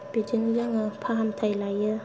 बिदिनो जोङो फाहामथाय लायो